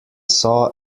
saw